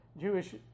Jewish